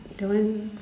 the one